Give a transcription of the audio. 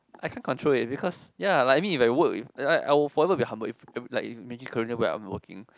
I can't control it because ya like I mean if I work I I will forever be humble if like imagine a career where I will be working